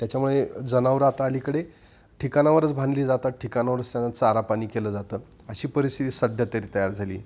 त्याच्यामुळे जनावरं आता अलीकडे ठिकाणावरच बांधली जातात ठिकाणावरच त्यांना चारापाणी केलं जातं अशी परिस्थिती सध्यातरी तयार झाली